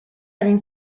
egin